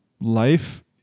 Life